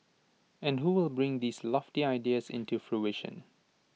and who will bring these lofty ideas into fruition